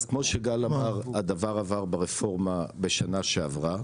אז כמו שגל אמר, הדבר עבר ברפורמה בשנה שעברה.